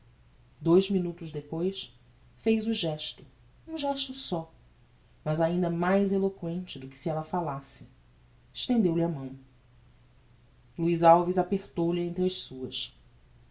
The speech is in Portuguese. dous minutos depois fez o gesto um gesto só mas ainda mais eloquente do que se ella falasse estendeu-lhe a mão luiz alves apertou lha entre as suas